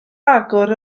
agor